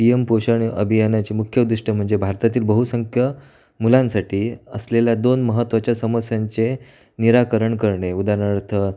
P M Poshan अभियानाची मुख्य उद्दिष्ट्यं म्हणजे भारतातील बहुसंख्य मुलांसाठी असलेल्या दोन महत्त्वाच्या समस्यांचे निराकरण करणे उदाहरणार्थ